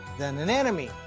than an enemy.